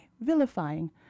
vilifying